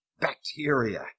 bacteria